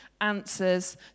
answers